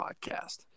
podcast